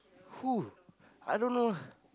who I don't know